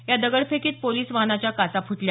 या दगडफेकीत पोलिस वाहनाच्या काचा फुटल्या